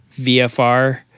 VFR